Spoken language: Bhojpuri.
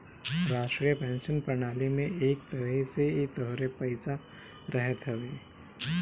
राष्ट्रीय पेंशन प्रणाली में एक तरही से इ तोहरे पईसा रहत हवे